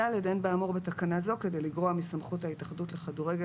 "(ד)אין באמור בתקנה זו כדי לגרוע מסמכות ההתאחדות לכדורגל